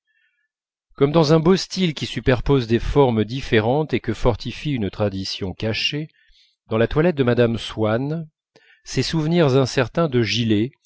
comme dans un beau style qui superpose des formes différentes et que fortifie une tradition cachée dans la toilette de mme swann ces souvenirs incertains de gilets